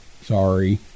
sorry